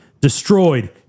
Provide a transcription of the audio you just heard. destroyed